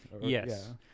Yes